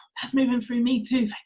that's moving through me too,